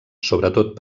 sobretot